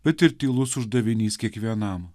bet ir tylus uždavinys kiekvienam